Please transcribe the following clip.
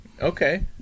Okay